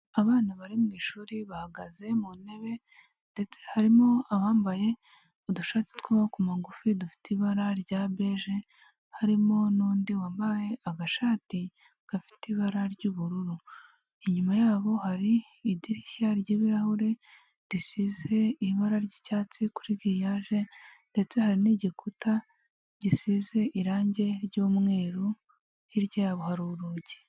Abana bari mu ishuri bahagaze mu ntebe ndetse harimo abambaye udushati tw'amaboko magufi dufite ibara rya beje, harimo n'undi wambaye agashati gafite ibara ry'ubururu. Inyuma yabo hari idirishya ry'ibirahure, risize ibara ry'icyatsi kuri giriyage ndetse hari n'igikuta gisize irangi ry'umweru, hirya yabo hari urugi.